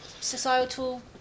societal